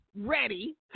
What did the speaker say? ready